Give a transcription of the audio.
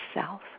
self